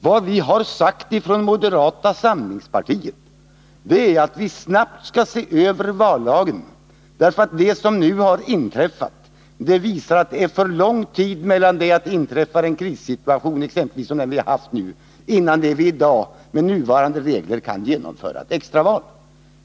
Vad vi har sagt från moderata samlingspartiet är att vallagen snabbt skall ses över, eftersom det som nu har inträffat visar att det med nuvarande regler är för lång tid från det att det inträffar en krissituation, exempelvis en sådan som den vi nu har haft, och till dess att vi kan genomföra ett extraval.